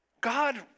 God